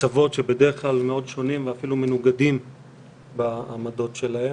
קצוות שבדרך כלל מאוד שונים ואפילו מנוגדים בעמדות שלהם.